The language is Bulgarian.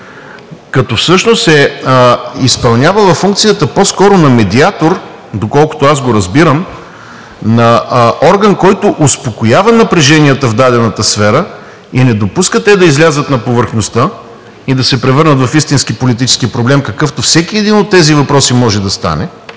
като всъщност е изпълнявала функцията по-скоро на медиатор, доколкото аз го разбирам, на орган, който успокоява напреженията в дадената сфера, не допуска те да излязат на повърхността и да се превърнат в истински политически проблем, какъвто всеки един от тези въпроси може да стане.